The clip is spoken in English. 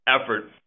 effort